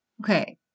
Okay